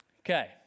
Okay